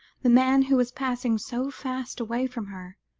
the man who was passing so fast away from her,